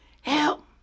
Help